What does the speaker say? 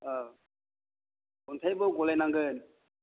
औ अन्थाइबो गलायनांगोन